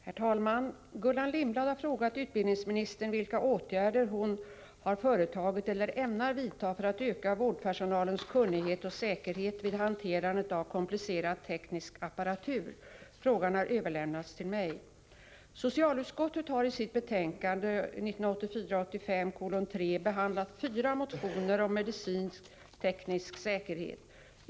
Herr talman! Gullan Lindblad har frågat utbildningsministern vilka åtgärder hon har företagit eller ämnar vidta för att öka vårdpersonalens kunnighet och säkerhet vid hanterandet av komplicerad teknisk apparatur. Frågan har överlämnats till mig. Socialutskottet har i sitt betänkande 1984/85:3 behandlat fyra motioner om medicinteknisk säkerhet.